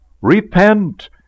Repent